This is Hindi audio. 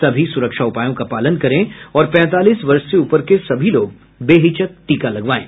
सभी सुरक्षा उपायों का पालन करें और पैंतालीस वर्ष से ऊपर के सभी लोग बेहिचक टीका लगवाएं